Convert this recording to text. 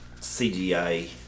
CGI